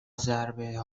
ضربه